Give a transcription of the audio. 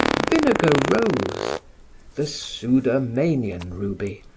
vinegar rose the sudermanian ruby,